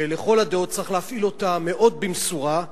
שלכל הדעות צריך להפעיל אותה מאוד במשורה,